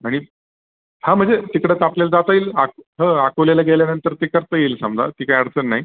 आणि हां म्हणजे तिकडंच आपल्याला जाता येईल आक् हो अकोल्याला गेल्यानंतर ते करता येईल समजा ती काही अडचण नाही